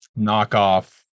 knockoff